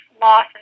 loss